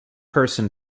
person